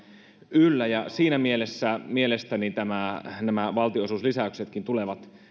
yllä siinä mielessä mielestäni nämä valtionosuuslisäyksetkin tulevat